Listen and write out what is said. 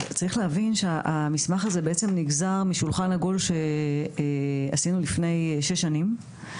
צריך להבין שהמסמך הזה בעצם נגזר משולחן עגול שעשינו לפני שש שנים,